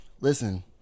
Listen